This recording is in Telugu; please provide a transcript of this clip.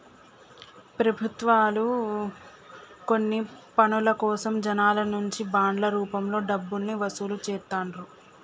ప్రభుత్వాలు కొన్ని పనుల కోసం జనాల నుంచి బాండ్ల రూపంలో డబ్బుల్ని వసూలు చేత్తండ్రు